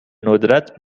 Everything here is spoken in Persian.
ندرت